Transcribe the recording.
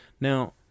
Now